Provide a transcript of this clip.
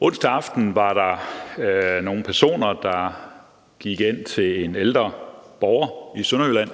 Onsdag aften var der nogle personer, der gik ind til en ældre borger i Sønderjylland